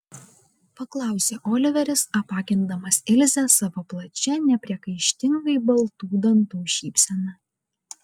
paklausė oliveris apakindamas ilzę savo plačia nepriekaištingai baltų dantų šypsena